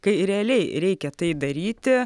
kai realiai reikia tai daryti